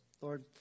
Lord